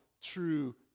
true